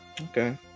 Okay